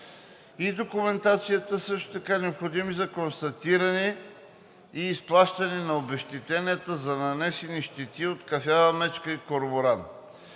и документацията, също така необходими за констатиране и изплащане на обезщетенията за нанесените щети от кафява мечка и корморан.